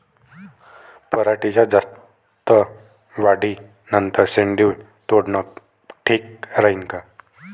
पराटीच्या जास्त वाढी नंतर शेंडे तोडनं ठीक राहीन का?